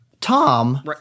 Tom